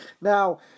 Now